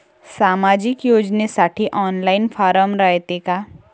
सामाजिक योजनेसाठी online form रायते का?